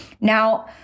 Now